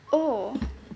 oh